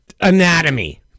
anatomy